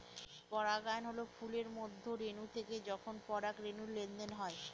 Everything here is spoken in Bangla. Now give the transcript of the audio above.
পরাগায়ন হল ফুলের মধ্যে রেনু থেকে যখন পরাগরেনুর লেনদেন হয়